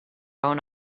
own